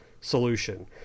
solution